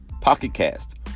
pocketcast